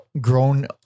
grown